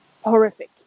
horrific